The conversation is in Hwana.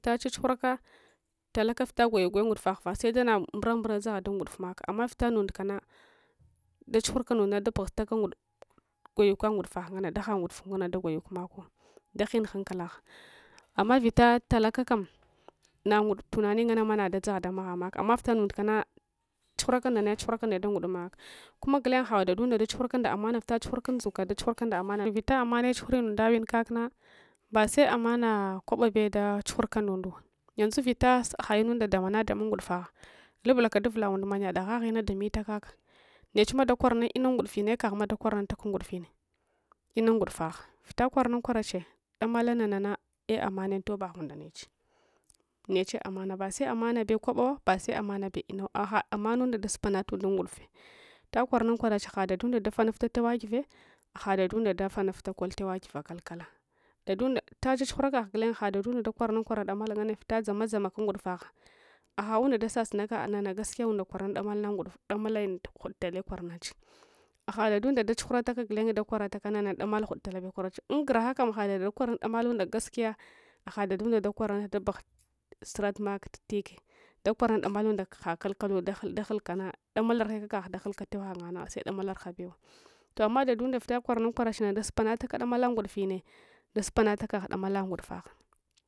Vita chachughraka talaka vita gwayu gwaya ngudufaghfa sedena mbura mbura dzagha dun ngudufmgaks amma vita ndundkana dachughurka ndundna dabugnustaka ngwayuka ngudufagh nganna daha ngudufun nganna dagwayuk makuwe daghing hankalagh amma vita talalakam nonguduf tunani ngansma dadzogha damaguan maka amma vita ndundkan chughuraka ndana chughurka ndadamallka kuma guleng agha dadunda da chughuraka nda’amana vita chughurksun dzuka dachughurks ndalamana vita amana chughuri ndundowin kakna base amana kwaba bewu da chughurka ndundu yanzu vita agha lnunda damanadamun ngudufagh lublaka dufula undams yada agha agha lnadamita kaka ne chma dakorna ungudufin kaghma dakornuntaka ungudufin inun gudufagha vita kwara nun kwarache damala nanana eh’ amane untobsghun nda neche neche amana base amnabe kwabawa base amana be inawa agha amanunda dasupana und ungudufe vita kwara nunkwarache agha dadunda dafanufta tawegive agha dadunda defanufta kottawigive kakalada dunda vita chachughurakagh gulen agha dadunda dakwaranun kwara damal nganna vita dzamodzamaka unngudufagh agha unda dasasuncaka nana gaskiya unda kwaranun damal na nguduf damalinda ghud tale kwaranuche agha dadumda dachugnurataka dakorka nana damalar ghud talabew kwarachu unguraghakam aghadada dakwaranun damalunda gaskiya agha dadadunda dakwara nunta daghya suratmak titike dagwaranunta damalaunda hakalkaludgghul kana damala mgni kak da ghulka tewa ghangaghna aseda mala mghabew toh amma dadunda vlta kwaranun kwarachna dasup anataka damala ngudufine dasup analak damala ngudufagh